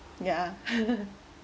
ya